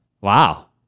Wow